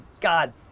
god